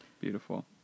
beautiful